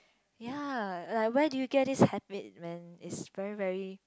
ya like where do you get this habit man it's very very